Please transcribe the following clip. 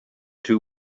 two